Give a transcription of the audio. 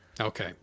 Okay